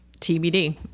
tbd